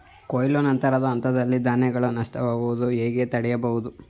ಕೊಯ್ಲು ನಂತರದ ಹಂತದಲ್ಲಿ ಧಾನ್ಯಗಳ ನಷ್ಟವಾಗುವುದನ್ನು ಹೇಗೆ ತಡೆಯಬಹುದು?